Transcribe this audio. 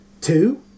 Two